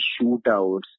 shootouts